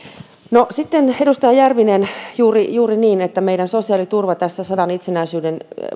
edustaja järvinen on juuri niin että meidän sosiaaliturvamme tässä sadan itsenäisyyden